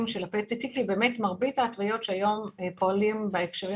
של PET CT כי מרבית ההתוויות שהיום פועלות בהקשרים